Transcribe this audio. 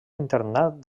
internat